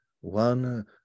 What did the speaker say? one